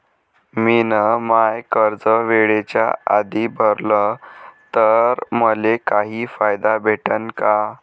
मिन माय कर्ज वेळेच्या आधी भरल तर मले काही फायदा भेटन का?